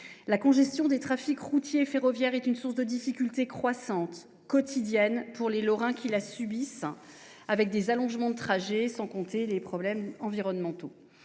La congestion des trafics routier et ferroviaire est une source de difficultés croissantes, quotidiennes, pour les Lorrains qui la subissent : allongement de la durée des trajets, problèmes environnementaux,